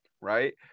right